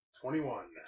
Twenty-one